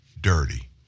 dirty